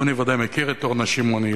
אדוני בוודאי מכיר את אורנה שמעוני,